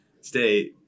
Stay